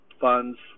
funds